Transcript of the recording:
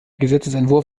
gesetzesentwurf